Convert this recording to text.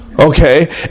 Okay